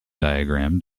diagram